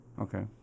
Okay